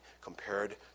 compared